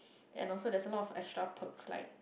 and also there's also of a lot of extra perks like